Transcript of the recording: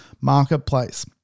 marketplace